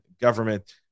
government